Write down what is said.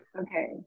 Okay